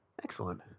Excellent